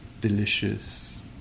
delicious